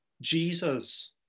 Jesus